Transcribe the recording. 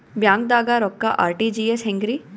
ಬ್ಯಾಂಕ್ದಾಗ ರೊಕ್ಕ ಆರ್.ಟಿ.ಜಿ.ಎಸ್ ಹೆಂಗ್ರಿ?